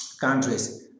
countries